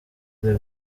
the